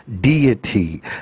deity